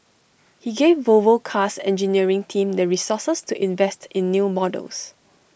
he gave Volvo car's engineering team the resources to invest in new models